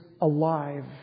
alive